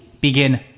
begin